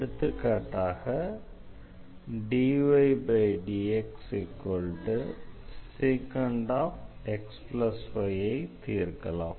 எடுத்துக்காட்டாக dydxsec xy ஐ தீர்க்கலாம்